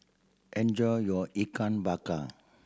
enjoy your Ikan Bakar